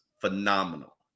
phenomenal